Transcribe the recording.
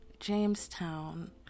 Jamestown